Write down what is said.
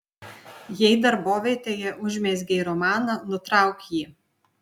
jei darbovietėje užmezgei romaną nutrauk jį